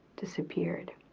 disappeared